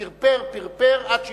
פרפר, פרפר, עד שהתרגל.